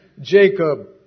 Jacob